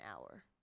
hour